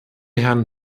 herrn